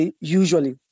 usually